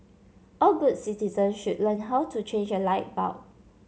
all good citizen should learn how to change a light bulb